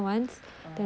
oh